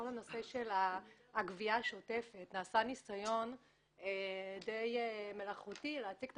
כל נושא הגבייה השוטפת נעשה ניסיון די מלאכותי להציג את